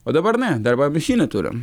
o dabar ne dar va mašiną turim